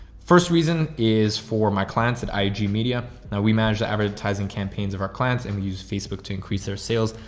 first reason is for my clients at iag media. now we manage the advertising campaigns of our clients and we use facebook to increase their sales.